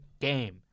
Game